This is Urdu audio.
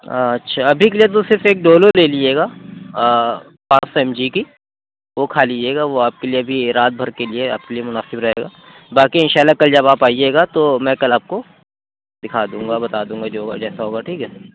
اچھا ابھی کے لیے تو صرف ایک ڈولو لے لیجیے گا پانچ سو ایم جی کی وہ کھا لیجیے گا وہ آپ کے لیے بھی رات بھر کے لیے آپ کے لیے مناسب رہے گا باقی اِنشاء اللہ کل جب آپ آئیے گا تو میں کل آپ کو دکھا دوں گا بتا دوں گا جو وہ جیسے ہوگا ٹھیک ہے